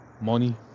...money